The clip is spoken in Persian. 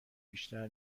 بیشتر